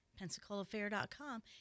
PensacolaFair.com